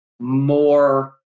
more